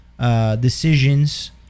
decisions